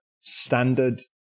standard